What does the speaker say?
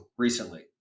recently